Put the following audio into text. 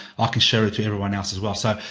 ah can share it to everyone else as well. so,